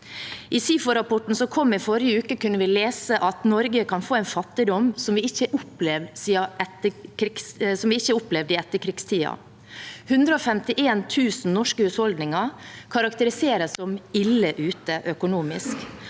I SIFO-rapporten som kom i forrige uke, kunne vi lese at Norge kan få en fattigdom som vi ikke har opplevd i etterkrigstiden. 151 000 norske husholdninger karakteriseres som ille ute økonomisk,